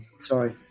Sorry